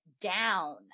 down